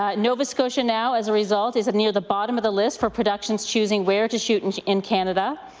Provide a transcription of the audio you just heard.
ah nova scotia now, as a result, is near the bottom of the list for productions choosing where to shoot and in canada.